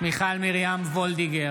מיכל מרים וולדיגר,